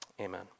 amen